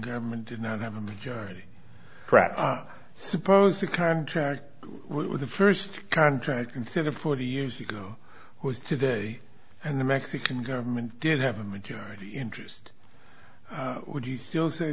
government did not have a majority suppose the contract with the first contract instead of forty years ago was today and the mexican government did have a majority interest would you still say